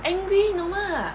angry 你懂吗